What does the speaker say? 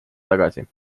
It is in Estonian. tagasi